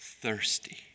thirsty